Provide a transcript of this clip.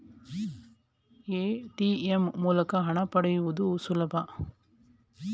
ATM ಮೂಲಕ ಹಣ ಪಡೆಯುವುದು ಸುಲಭ